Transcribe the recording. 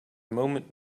moment